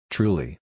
Truly